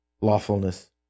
lawfulness